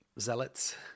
zealots